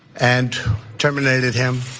and terminated him.